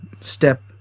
step